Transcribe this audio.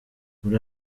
muri